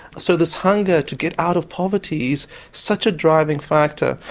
so this hunger to get out of poverty is such a driving factor.